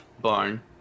barn